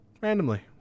randomly